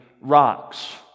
rocks